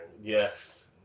Yes